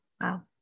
Wow